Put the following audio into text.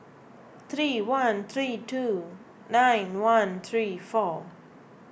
three one three two nine one three four